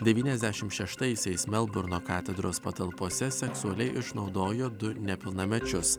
devyniasdešimt šeštaisiais melburno katedros patalpose seksualiai išnaudojo du nepilnamečius